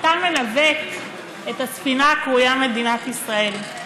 אתה מנווט את הספינה הקרויה מדינת ישראל.